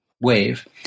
wave